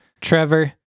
Trevor